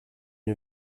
une